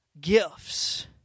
gifts